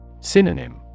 Synonym